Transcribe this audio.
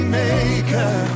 maker